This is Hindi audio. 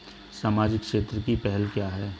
सामाजिक क्षेत्र की पहल क्या हैं?